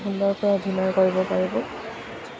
সুন্দৰকৈ অভিনয় কৰিব পাৰিব